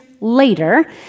later